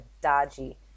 dodgy